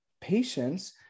patients